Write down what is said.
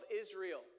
Israel